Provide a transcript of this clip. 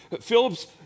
Philip's